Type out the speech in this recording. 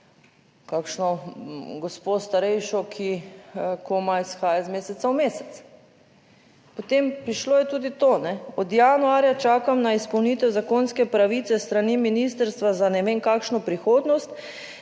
kakšno gospo, starejšo, ki komaj shaja iz meseca v mesec. Potem, prišlo je tudi to: od januarja čakam na izpolnitev zakonske pravice s strani ministrstva za ne vem kakšno prihodnost,